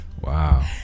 Wow